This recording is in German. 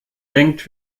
denkt